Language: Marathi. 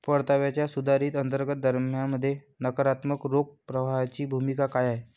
परताव्याच्या सुधारित अंतर्गत दरामध्ये नकारात्मक रोख प्रवाहाची भूमिका काय आहे?